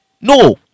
No